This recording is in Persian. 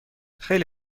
خیلی